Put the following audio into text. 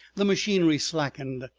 the machinery slackened,